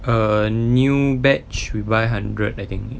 err new batch we buy hundred I think